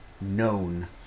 known